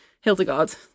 hildegard